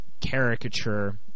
caricature